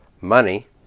money